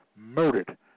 Murdered